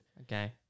Okay